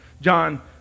John